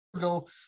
go